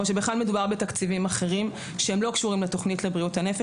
או שבכלל מדובר בתקציבים אחרים שהם לא קשורים לתוכנית לבריאות הנפש?